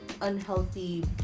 unhealthy